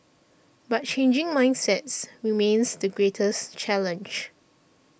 but changing mindsets remains the greatest challenge